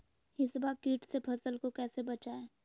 हिसबा किट से फसल को कैसे बचाए?